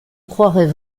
croirait